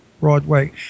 Broadway